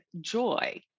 joy